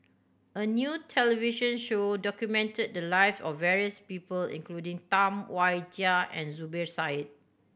a new television show documented the lives of various people including Tam Wai Jia and Zubir Said